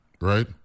right